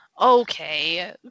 Okay